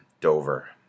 Dover